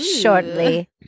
shortly